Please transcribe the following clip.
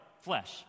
flesh